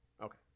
Okay